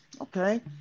okay